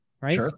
right